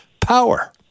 power